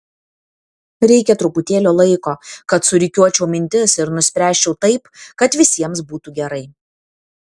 reikia truputėlio laiko kad surikiuočiau mintis ir nuspręsčiau taip kad visiems būtų gerai